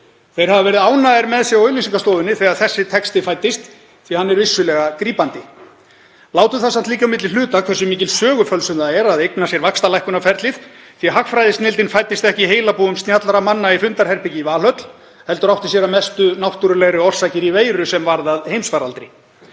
Þeir hafa verið ánægðir með sig á auglýsingastofunni þegar þessi texti fæddist því að hann er vissulega grípandi. Látum það samt liggja á milli hluta hversu mikil sögufölsun það er að eigna sér vaxtalækkunarferlið því að hagfræðisnilldin fæddist ekki í heilabúum snjallra manna í fundarherbergi í Valhöll heldur átti sér að mestu náttúrulegri orsakir í veiru sem varð að heimsfaraldri.